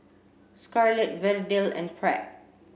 Scarlet Verdell and Pratt